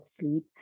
sleep